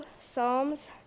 Psalms